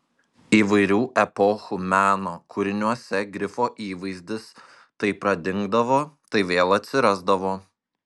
įvairių epochų meno kūriniuose grifo įvaizdis tai pradingdavo tai vėl atsirasdavo